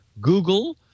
Google